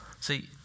See